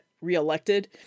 reelected